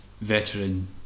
veteran